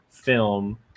film